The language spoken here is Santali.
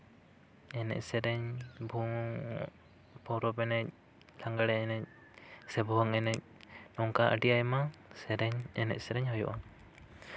ᱮᱱᱮᱡᱼᱥᱮᱨᱮᱧ ᱯᱚᱨᱚᱵᱽ ᱮᱱᱮᱡ ᱞᱟᱸᱜᱽᱲᱮ ᱮᱱᱮᱡ ᱥᱮ ᱵᱷᱩᱣᱟᱹᱝ ᱮᱱᱮᱡ ᱱᱚᱝᱠᱟ ᱟᱹᱰᱤ ᱟᱭᱢᱟ ᱮᱱᱮᱡ ᱥᱮᱨᱮᱧ ᱦᱩᱭᱩᱜᱼᱟ